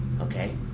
Okay